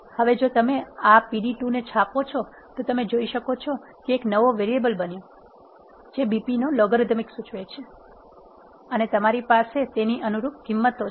હવે જો તમે આ pd2 ને છાપો છો તો તમે જોઈ શકો છો કે એક નવો વેરીએબલ બન્યો છે જે BP નો લોગરીધમ સૂચવે છે અને તમારી પાસે તેની અનુરૂપ કિંમતો છે